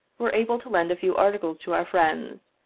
were able to lend a few articles to our friends,